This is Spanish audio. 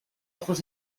ojos